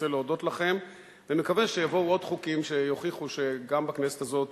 רוצה להודות לכם ומקווה שיבואו עוד חוקים שיוכיחו שגם בכנסת הזאת